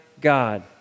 God